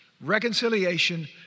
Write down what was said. reconciliation